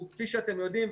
כפי שאתם יודעים,